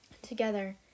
together